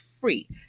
free